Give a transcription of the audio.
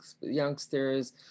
youngsters